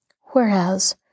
whereas